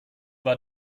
war